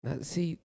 See